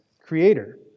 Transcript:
Creator